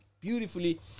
beautifully